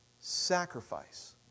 sacrifice